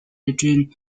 between